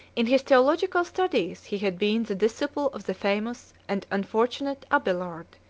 in his theological studies, he had been the disciple of the famous and unfortunate abelard,